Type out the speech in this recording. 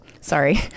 Sorry